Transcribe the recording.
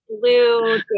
blue